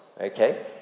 okay